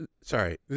sorry